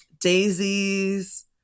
daisies